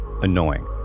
annoying